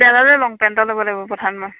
দাদালে long pant এটা ল'ব লাগিব প্ৰধান মই